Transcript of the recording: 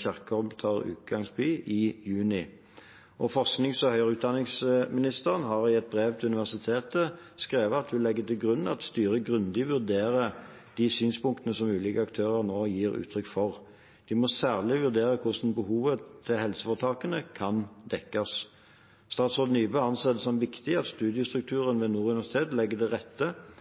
Kjerkol tar utgangspunkt i, i juni. Forsknings- og høyere utdanningsministeren har i et brev til universitetet skrevet at hun legger til grunn at styret grundig vurderer de synspunktene som ulike aktører nå gir uttrykk for. De må særlig vurdere hvordan behovet til helseforetakene kan dekkes. Statsråd Nybø anser det som viktig at studiestrukturen ved Nord universitet legger til rette